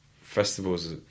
festivals